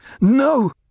no